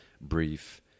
brief